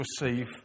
receive